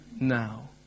now